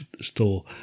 store